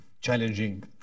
challenging